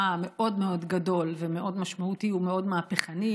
מאוד מאוד גדול ומאוד משמעותי ומאוד מהפכני,